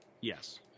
Yes